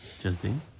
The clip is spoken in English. Justine